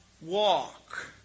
walk